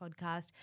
podcast